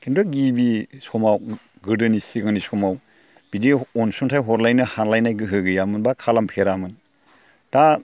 खिन्थु गिबि समाव गोदोनि सिगांनि समाव बिदि अनसुंथाइ हरलायनो हानाय गोहो गैयामोन एबा खालाम फेरामोन दा